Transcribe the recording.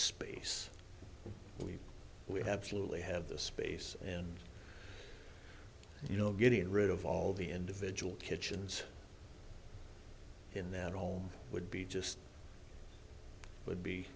space we we have slowly have the space and you know getting rid of all the individual kitchens in that home would be just would be